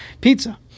Pizza